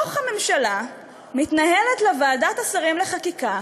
בתוך הממשלה מתנהלת לה ועדת השרים לחקיקה